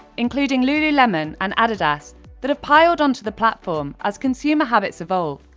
including lululemon and adidas, that have piled onto the platform as consumer habits evolve.